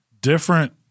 different